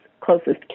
closest